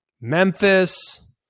Memphis